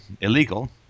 illegal